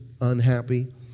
unhappy